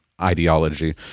ideology